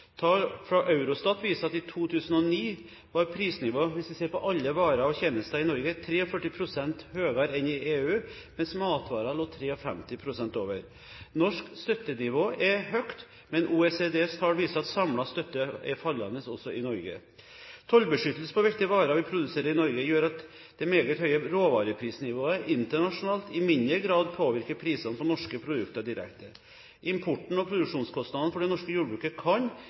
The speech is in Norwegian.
Tall fra Eurostat viser at i 2009 var prisnivået hvis vi ser på alle varer og tjenester i Norge, 43 pst. høyere enn i EU, mens matvarer lå 53 pst. over. Norsk støttenivå er høyt, men OECDs tall viser at samlet støtte er fallende også i Norge. Tollbeskyttelse på viktige varer vi produserer i Norge, gjør at det meget høye råvareprisnivået internasjonalt i mindre grad påvirker prisene på norske produkter direkte. Importen og produksjonskostnadene for det norske jordbruket kan